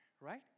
right